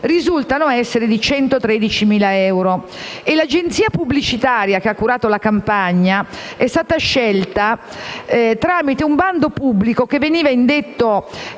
risultano essere di 113.000 euro e l'agenzia pubblicitaria che ha curato la campagna è stata scelta tramite un bando pubblico indetto